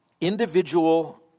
individual